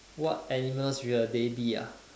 what animals will they be ah